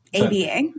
ABA